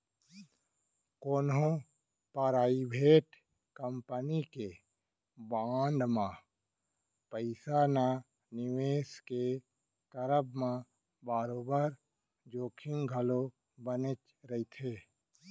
कोनो private company के bond म पइसा न निवेस के करब म बरोबर जोखिम घलौ बनेच रहिथे